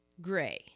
Gray